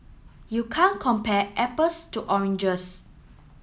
you can't compare apples to oranges